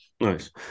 Nice